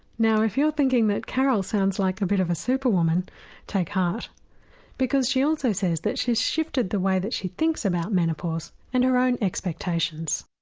now if you're thinking that carole sounds like a bit of a super woman take heart because she also says that she's shifted the way that she thinks about menopause and her own expectations.